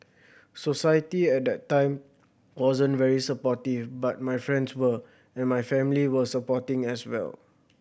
society at that time wasn't very supportive but my friends were and my family were supporting as well